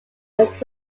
its